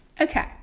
okay